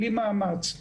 בלי מאמץ.